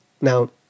Now